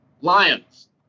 Lions